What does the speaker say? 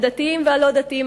הדתיים והלא-דתיים,